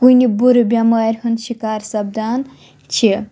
کُنہِ بُرٕ بیٚمارِ ہُنٛد شِکار سَپدان چھِ